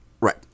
Right